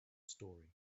story